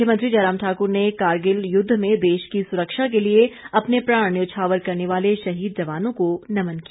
मुख्यमंत्री जयराम ठाकुर ने कारगिल युद्ध में देश की सुरक्षा के लिए अपने प्राण न्यौछावर करने वाले शहीद जवानों को नमन किया